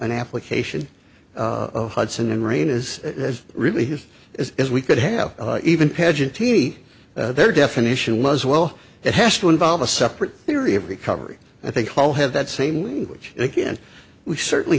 an application hudson and rain is really his is as we could have even pageant t their definition was well that has to involve a separate theory of recovery i think i'll have that same language again we certainly